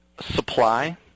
supply